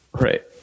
right